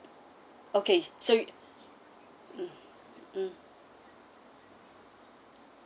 okay so you mm mm